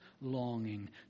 longing